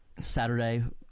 Saturday